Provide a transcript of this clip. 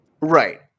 Right